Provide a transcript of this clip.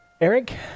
Eric